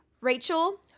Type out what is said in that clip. Rachel